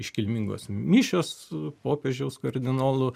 iškilmingos mišios popiežiaus kardinolų